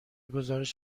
گزارش